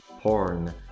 porn